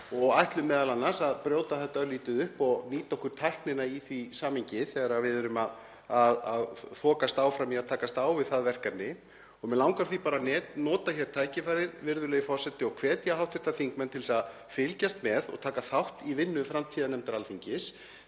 ætlum m.a. að brjóta þetta örlítið upp og nýta okkur tæknina í því samhengi þegar við erum að þokast áfram í að takast á við það verkefni. Mig langar því bara að nota hér tækifærið, virðulegi forseti, og hvetja hv. þingmenn til að fylgjast með og taka þátt í vinnu framtíðarnefndar Alþingis